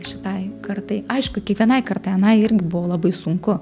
šitai kartai aišku kiekvienai kartai anai irgi buvo labai sunku